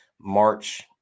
March